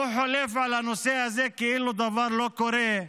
הוא חולף על הנושא הזה כאילו דבר לא קורה.